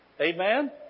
Amen